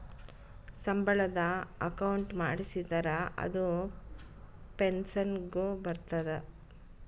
ಸಂಬಳದ ಅಕೌಂಟ್ ಮಾಡಿಸಿದರ ಅದು ಪೆನ್ಸನ್ ಗು ಬರ್ತದ